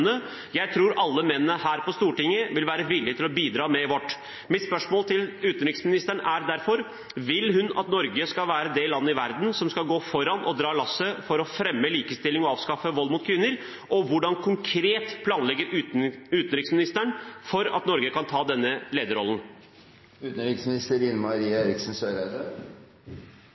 Jeg tror alle mennene her på Stortinget vil være villige til å bidra med vårt. Mitt spørsmål til utenriksministeren er derfor: Vil hun at Norge skal være det landet i verden som skal gå foran og dra lasset for å fremme likestilling og avskaffe vold mot kvinner, og hvordan planlegger utenriksministeren konkret for at Norge kan ta